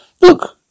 Look